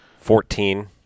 Fourteen